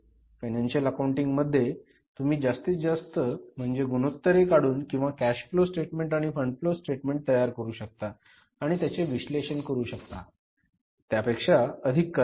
financial accounting मध्ये तुम्ही जास्तीत जास्त म्हणजे गुणोत्तरे काढून किंवा कॅश फ्लो स्टेटमेंट आणि फंड फ्लो स्टेटमेंट तयार करू शकता आणि त्याचे विश्लेषण करू शकता त्यापेक्षा अधिक काही नाही